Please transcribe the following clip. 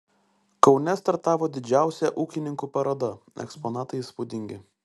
kaune startavo didžiausia ūkininkų paroda eksponatai įspūdingi